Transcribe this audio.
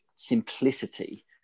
simplicity